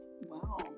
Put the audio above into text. Wow